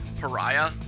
Pariah